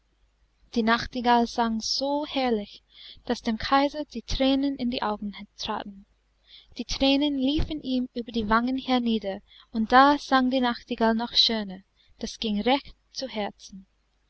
die nachtigall sang so herrlich daß dem kaiser die thränen in die augen traten die thränen liefen ihm über die wangen hernieder und da sang die nachtigall noch schöner das ging recht zu herzen